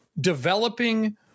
developing –